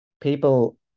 people